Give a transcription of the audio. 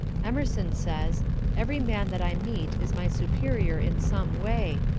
emerson says every man that i meet is my superior in some way.